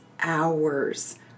hours